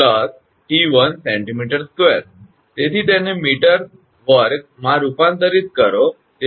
તેથી તેને મીટર વર્ગમાં રૂપાંતરિત કરો